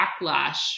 backlash